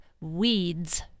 Weeds